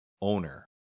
Owner